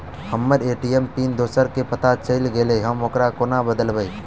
हम्मर ATM PIN दोसर केँ पत्ता चलि गेलै, हम ओकरा कोना बदलबै?